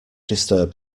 disturb